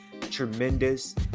tremendous